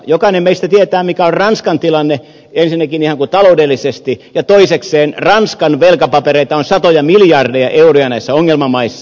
jokainen meistä tietää mikä on ranskan tilanne ensinnäkin taloudellisesti ja toisekseen ranskan velkapapereita on satoja miljardeja euroja näissä ongelmamaissa